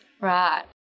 Right